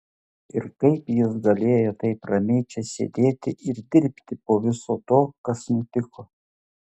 ir kaip jis galėjo taip ramiai čia sėdėti ir dirbti po viso to kas nutiko